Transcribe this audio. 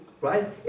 right